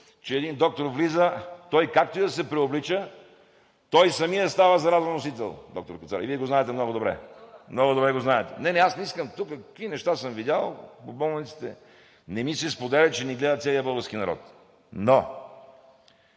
един доктор влиза, той както и да се преоблича, той самият става заразоносител, доктор Кацаров, и Вие го знаете много добре. (Реплики.) Не, не, аз не искам тук – какви неща съм видял по болниците, не ми се споделя, че ни гледа целият български народ. Но